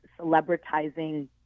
celebritizing